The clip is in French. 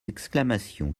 exclamations